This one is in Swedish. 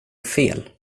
fel